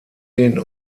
den